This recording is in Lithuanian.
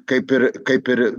kaip ir kaip ir